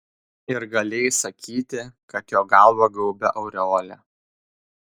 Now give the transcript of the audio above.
ir galėjai sakyti kad jo galvą gaubia aureolė